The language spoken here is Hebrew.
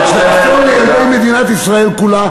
זה אסון לילדי מדינת ישראל כולה.